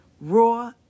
raw